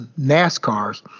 NASCARs